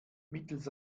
mittels